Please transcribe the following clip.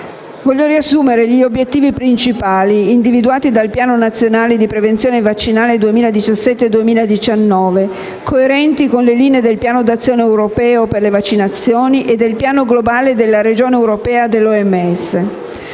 Riassumo gli obiettivi principali individuati dal Piano nazionale prevenzione vaccinale 2017-2019, coerentemente con le linee del Piano d'azione europeo per le vaccinazioni e del Piano globale della regione europea